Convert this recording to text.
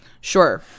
Sure